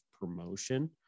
promotion